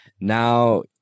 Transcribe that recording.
now